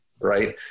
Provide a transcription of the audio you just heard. right